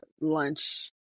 lunch